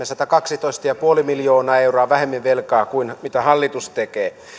satakaksitoista pilkku viisi miljoonaa euroa vähemmän velkaa kuin mitä hallitus tekee